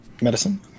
Medicine